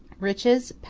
riches,